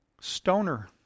Stoner